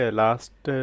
last